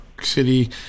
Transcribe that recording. city